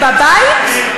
כן.